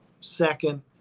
second